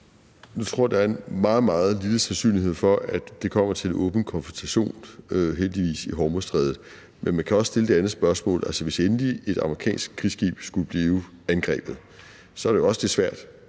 Nu tror jeg, at der er en meget, meget lille sandsynlighed for, at det kommer til en åben konfrontation – heldigvis – i Hormuzstrædet. Men man kan også stille det andet spørgsmål og sige, at hvis et amerikansk krigsskib endelig skulle blive angrebet, er det jo også lidt svært